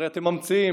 הרי אתם ממציאים.